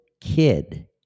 kid